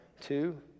two